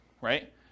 Right